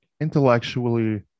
intellectually